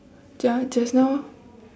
just just now orh